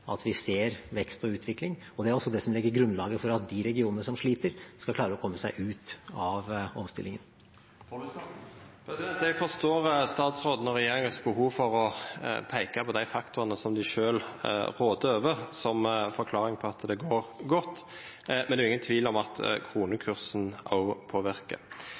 at vi ser vekst og utvikling. Det er også det som legger grunnlaget for at de regionene som sliter, skal klare å komme seg ut av omstillingen. Jeg forstår statsrådens og regjeringens behov for å peke på de faktorene de selv rår over, som forklaring på at det går godt, men det er ingen tvil om at kronekursen